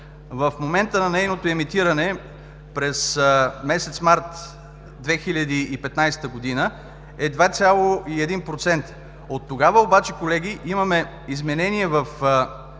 в момента на нейното емитиране през месец март 2015 г. е 2,1%. Оттогава обаче, колеги, имаме изменение в